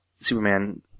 Superman